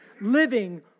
Living